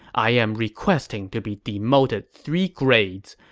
i am requesting to be demoted three grades.